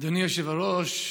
אדוני היושב-ראש,